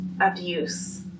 abuse